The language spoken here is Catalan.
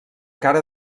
cara